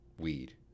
weed